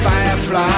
Firefly